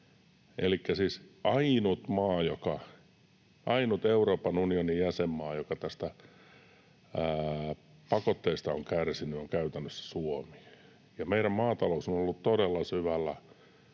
siis ainut Euroopan unionin jäsenmaa, joka näistä pakotteista on kärsinyt, on käytännössä Suomi. Meidän maatalous on ollut todella syvällä,